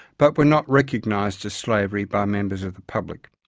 but were not recognised as slavery by members of the public.